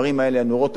נורות אדומות,